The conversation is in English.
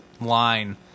line